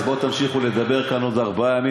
אז בואו תמשיכו לדבר כאן עוד ארבעה ימים,